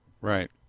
Right